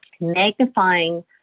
magnifying